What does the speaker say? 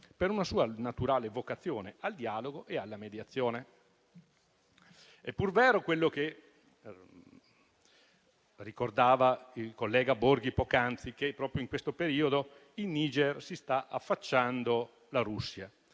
per una sua naturale vocazione al dialogo e alla mediazione. È pur vero quello che ricordava il collega Borghi poc'anzi che, proprio in questo periodo, in Niger si sta affacciando la Russia,